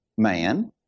Man